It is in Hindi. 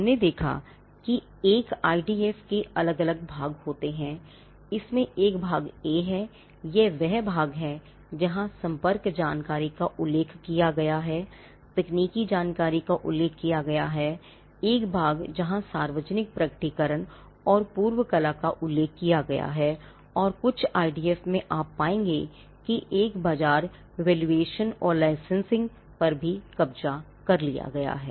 हमने देखा था कि एक आईडीएफ पर भी कब्जा कर लिया गया है